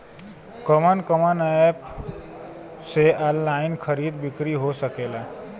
कवन कवन एप से ऑनलाइन खरीद बिक्री हो सकेला?